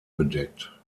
bedeckt